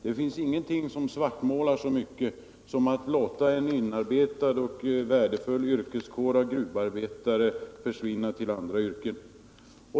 Det finns ingenting som svartmålar så mycket som att låta en inarbetad och värdefull kår av gruvarbetare försvinna till andra yrken.